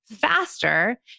faster